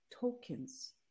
tokens